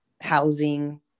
housing